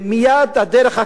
הדרך הקצרה,